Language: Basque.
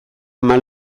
ama